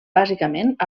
bàsicament